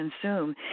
consume